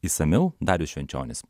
išsamiau darius švenčionis